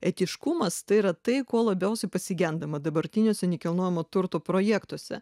etiškumas tai yra tai ko labiausiai pasigendama dabartiniuose nekilnojamo turto projektuose